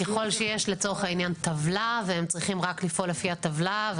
ככול שיש לצורך העניין טבלה והם צריכים רק לפעול לפי הטבלה?